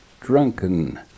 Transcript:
drunken